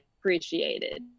Appreciated